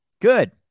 Good